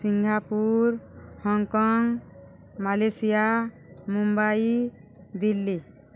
Singapore Hong Kong Malaysia Mumbai Delhi